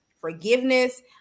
forgiveness